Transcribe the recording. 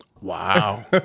Wow